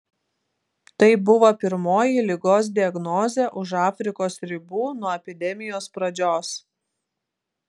tai buvo pirmoji ligos diagnozė už afrikos ribų nuo epidemijos pradžios